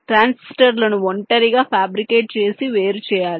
ట్రాన్సిస్టర్లను ఒంటరిగా ఫ్యాబ్రికేట్ చేసి వేరుచేయడం